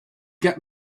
get